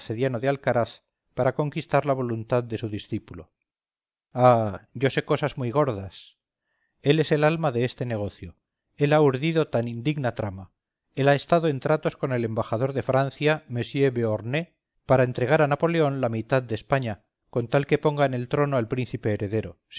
arcediano de alcaraz para conquistar la voluntad de su discípulo ah yo sé cosas muy gordas él es el alma de este negocio él ha urdido tan indigna trama él ha estado en tratos con el embajador de francia monsieur beauharnais para entregar a napoleón la mitad de españa con tal que ponga en el trono al príncipe heredero